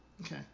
Okay